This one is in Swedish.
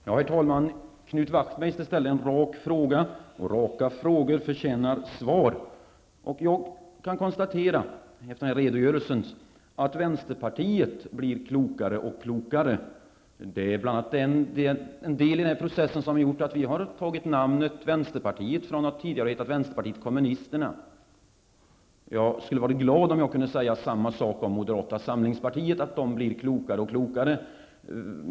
Herr talman! Knut Wachtmeister ställde en rak fråga. Raka frågor förtjänar svar. Efter den här redogörelsen kan jag konstatera att vänsterpartiet blir klokare och klokare. Det är bl.a. en del i den processen som har gjort att vi har tagit namnet vänsterpartiet efter att tidigare ha hetat vänsterpartiet kommunisterna. Jag skulle vara glad om jag kunde säga samma sak om moderata samlingspartiet -- att det blir klokare och klokare.